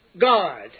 God